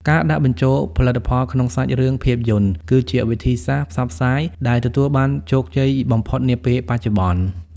ការដាក់បញ្ចូលផលិតផលក្នុងសាច់រឿងភាពយន្ត គឺជាវិធីសាស្ត្រផ្សព្វផ្សាយដែលទទួលបានជោគជ័យបំផុតនាពេលបច្ចុប្បន្ន។